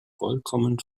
vollkommen